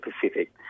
Pacific